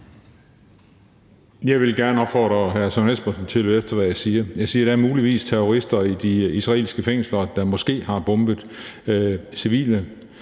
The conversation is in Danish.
Jeg vil gerne opfordre hr. Søren Espersen til at høre efter, hvad jeg siger. Jeg siger, at der muligvis er terrorister i de israelske fængsler, der måske har bombet civile.